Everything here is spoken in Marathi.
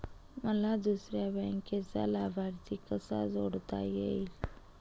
मला दुसऱ्या बँकेचा लाभार्थी कसा जोडता येईल?